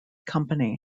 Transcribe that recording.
company